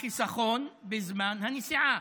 החיסכון בזמן הנסיעה.